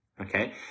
Okay